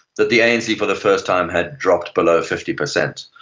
that the anc for the first time had dropped below fifty percent.